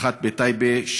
האחת בטייבה,